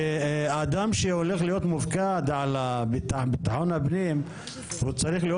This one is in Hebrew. ואדם שהולך להיות מופקד על ביטחון הפנים צריך להיות